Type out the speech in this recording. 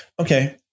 Okay